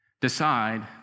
decide